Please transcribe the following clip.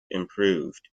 improved